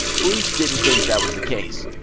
police didn't think that was the case.